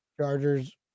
Chargers